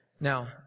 Now